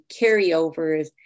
carryovers